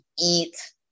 eat